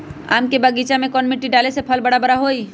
आम के बगीचा में कौन मिट्टी डाले से फल बारा बारा होई?